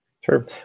Sure